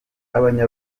abanya